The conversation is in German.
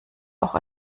auch